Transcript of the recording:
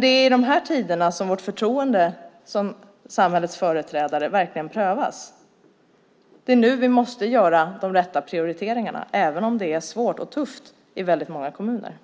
Det är i dessa tider som vårt förtroende som samhällsföreträdare verkligen prövas. Det är nu vi måste göra de rätta prioriteringarna även om det är svårt och tufft i många kommuner.